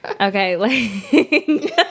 Okay